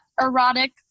erotic